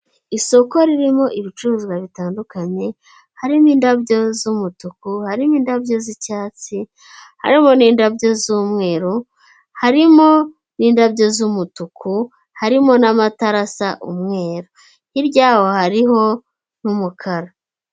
Isoko ririmo ibicuruzwa bitandukanye, harimo indabyo z'umutuku, harimo indabyo z'icyatsi, harimo n'indabyo z'umweru, harimo n'indabyo z'umutuku, harimo n'amatara asa umweru, hirya yaho hariho n'umukara.